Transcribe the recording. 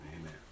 Amen